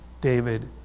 David